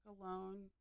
alone